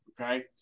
Okay